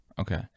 Okay